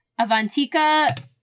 Avantika